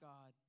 God